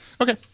Okay